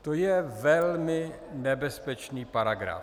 To je velmi nebezpečný paragraf.